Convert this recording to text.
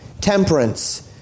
temperance